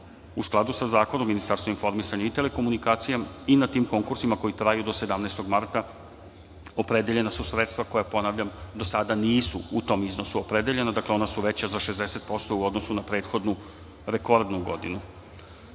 u skladu sa zakonom, Ministarstvo informisanja i telekomunikacija i na tim konkursima koji traju do 17. marta opredeljena su sredstva koja, ponavljam, do sada nisu u tom iznosu opredeljena, dakle, ona su veća za 60% u odnosu na prethodnu rekordnu godinu. Ono